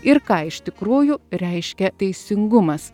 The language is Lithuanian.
ir ką iš tikrųjų reiškia teisingumas